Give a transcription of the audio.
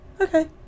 okay